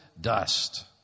dust